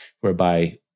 whereby